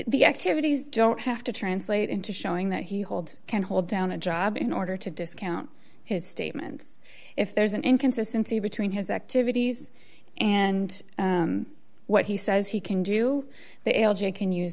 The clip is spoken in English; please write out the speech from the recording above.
the activities don't have to translate into showing that he holds can hold down a job in order to discount his statements if there's an inconsistency between his activities and what he says he can do they can use